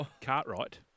Cartwright